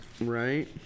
Right